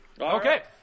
Okay